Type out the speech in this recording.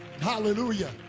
Hallelujah